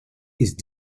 ist